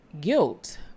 guilt